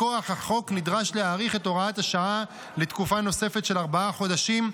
מכוח החוק נדרש להאריך את הוראת השעה לתקופה נוספת של ארבעה חודשים,